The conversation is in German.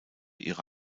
ihre